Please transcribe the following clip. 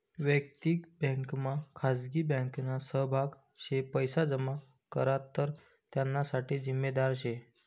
वयक्तिक बँकमा खाजगी बँकना सहभाग शे पैसा जमा करात तर त्याना साठे जिम्मेदार शे